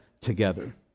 together